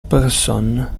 personnes